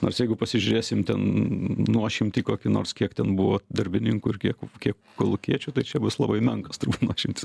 nors jeigu pasižiūrėsim ten nuošimtį kokį nors kiek ten buvo darbininkų ir kiek kiek kolūkiečių tai čia bus labai menkas turbūt nuošimtis